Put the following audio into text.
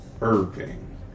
Irving